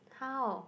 how